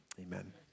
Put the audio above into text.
amen